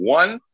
one